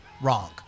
wrong